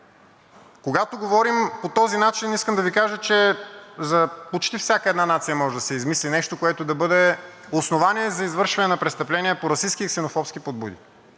Когато говорим по този начин, искам да Ви кажа, че за почти всяка една нация може да се измисли нещо, което да бъде основание за извършване на престъпление по расистки и ксенофобски подбуди.